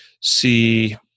see